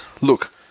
Look